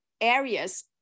areas